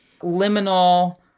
liminal